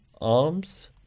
arms